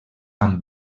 amb